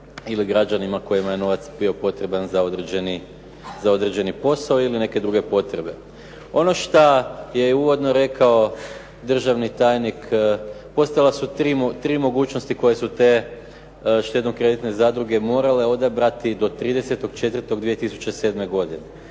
ili građanima kojima je novac bio potreban za određeni posao ili neke druge potrebe. Ono šta je uvodno rekao državni tajni, postojale su tri mogućnosti koje su te štedno-kreditne zadruge morale odabrati do 30.4.2007. godine.